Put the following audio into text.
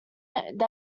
that